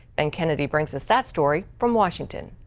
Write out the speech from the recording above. and kennedy brings us that story from washington.